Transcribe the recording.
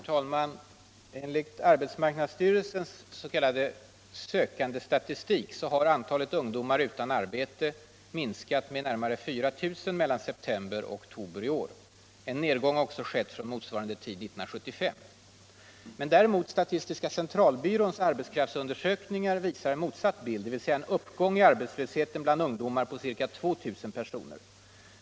Herr talman! Enligt arbetsmarknadsstyrelsens s.k. sökandestatistik har antalet ungdomar utan arbete minskat med närmare 4 000 mellan september och oktober i år. En nedgång har också skett från motsvarande tid 1975. Däremot visar statistiska centralbyråns undersökningar en motsatt bild, dvs. en uppgång i arbetslösheten bland ungdomar med ca 2 000 personer.